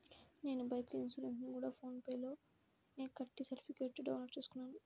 నేను బైకు ఇన్సురెన్సుని గూడా ఫోన్ పే లోనే కట్టి సర్టిఫికేట్టుని డౌన్ లోడు చేసుకున్నాను